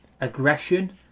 Aggression